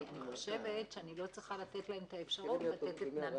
אני חושבת שאני לא צריכה לתת להם את האפשרות לתת אתנן פוליטי.